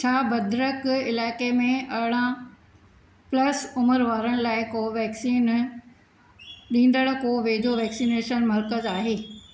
छा भद्रक इलाइक़े में अरिड़हां प्लस उमिरि वारनि लाइ कोवेक्सीन ॾींदड़ को वेझो वैक्सिनेशन मर्कज़ आहे